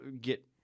get